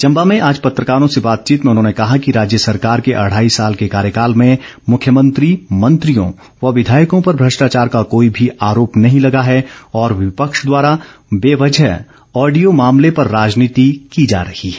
चंबा में आज पत्रकारों से बातचीत में उन्होंने कहा कि राज्य सरकार के अढ़ाई साल के कार्यकाल में मुख्यमंत्री मंत्रियों व विधायकों पर भ्रष्टाचार का कोई भी आरोप नहीं लगा है और विपक्ष द्वारा बेवजह ऑडियो मामले पर राजनीति की जा रही है